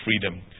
freedom